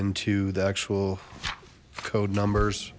into the actual code numbers